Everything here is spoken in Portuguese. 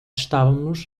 estávamos